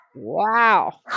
Wow